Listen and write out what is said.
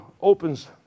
opens